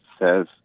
says